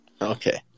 Okay